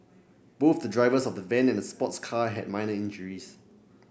both the drivers of the van and the sports car had minor injuries